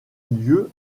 lieu